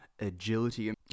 Agility